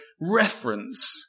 reference